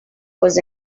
was